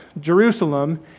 Jerusalem